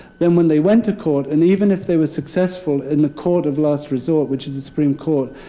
then, when they went to court, and even if they were successful in the court of last resort, which is the supreme court,